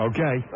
Okay